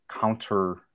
counter